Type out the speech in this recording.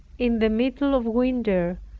in the middle of winter,